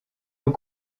aux